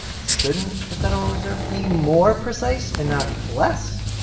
shouldn't the federal reserve be more precise and not less?